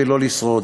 ולא לשרוד.